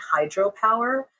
hydropower